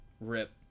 Rip